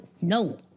no